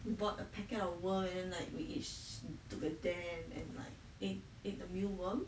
we bought a packet of worm that we each took a that and like eat eat the meal worm